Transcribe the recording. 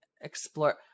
explore